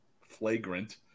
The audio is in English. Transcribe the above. Flagrant